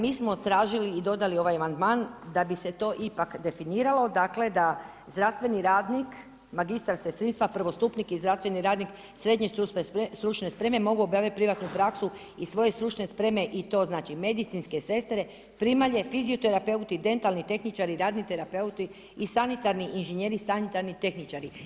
Mi smo tražili i dodali ovaj amandman da bi se to ipak definiralo, dakle, da zdravstveni rad, magistar sestrinstva, prvostupnik i zdravstveni radnik srednje stručne spreme mogu obavljati privatnu praksu iz svoje stručne spreme i to znači medicinske sestre, primanje, fizioterapeuti i dentalni tehničari i radni terapeuti i sanitarni inženjeri, sanitarni tehničari.